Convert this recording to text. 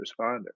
responder